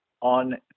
on